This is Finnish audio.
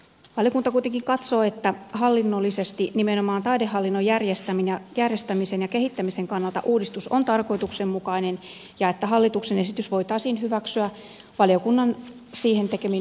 valiokunta kuitenkin katsoo että hallinnollisesti nimenomaan taidehallinnon järjestämisen ja kehittämisen kannalta uudistus on tarkoituksenmukainen ja että hallituksen esitys voitaisiin hyväksyä valiokunnan siihen tekemin muutosesityksin